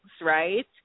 right